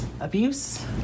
abuse